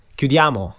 Chiudiamo